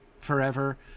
forever